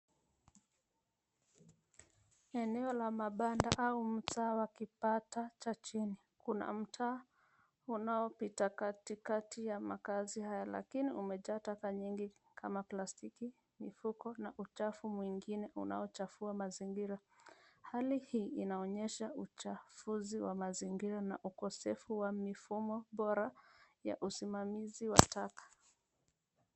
Eneo la mabanda au mtaa wa kipato cha chini. Kuna mto unaopita katikati ya makazi haya lakini umejaa taka nyingi kama plastiki, mifuko na uchafu mwingine unaochafua mazingira. Hali hii inaonyesha uchafuzi wa mazingira na ukosefu wa mifumo bora ya usimamizi wa taka.